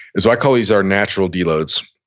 so i call these our natural deloads.